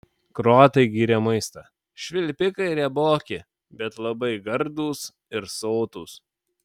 kroatai gyrė maistą švilpikai rieboki bet labai gardūs ir sotūs